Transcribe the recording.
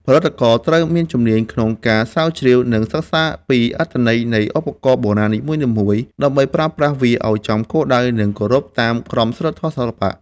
ផលិតករត្រូវមានជំនាញក្នុងការស្រាវជ្រាវ និងសិក្សាពីអត្ថន័យនៃឧបករណ៍បុរាណនីមួយៗ ដើម្បីប្រើប្រាស់វាឱ្យចំគោលដៅ និងគោរពតាមក្រមសីលធម៌សិល្បៈ។